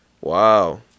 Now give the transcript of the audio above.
wow